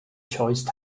choice